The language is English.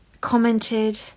commented